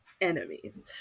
enemies